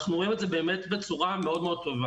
אנחנו רואים את זה בצורה מאוד מאוד טובה.